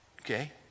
Okay